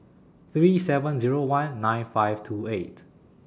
three seven Zero one nine five two eight